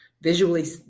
visually